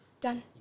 Done